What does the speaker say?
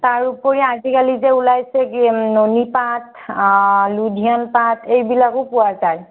তাৰ উপৰি আজিকালি যে ওলাইছে নুনি পাট লুধিয়ান পাট এইবিলাকো পোৱা যায়